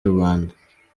rubanda